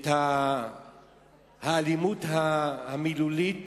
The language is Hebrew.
את האלימות המילולית